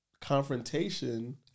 Confrontation